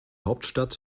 hauptstadt